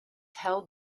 held